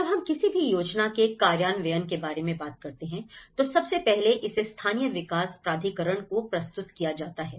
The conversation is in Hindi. जब हम किसी भी योजना के कार्यान्वयन के बारे में बात करते हैं तो सबसे पहले इसे स्थानीय विकास प्राधिकरण को प्रस्तुत किया जाता है